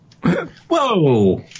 Whoa